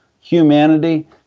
humanity